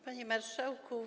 Panie Marszałku!